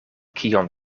kion